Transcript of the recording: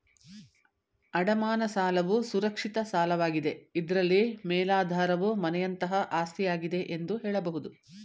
ಅಡಮಾನ ಸಾಲವು ಸುರಕ್ಷಿತ ಸಾಲವಾಗಿದೆ ಇದ್ರಲ್ಲಿ ಮೇಲಾಧಾರವು ಮನೆಯಂತಹ ಆಸ್ತಿಯಾಗಿದೆ ಎಂದು ಹೇಳಬಹುದು